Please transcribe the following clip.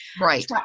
Right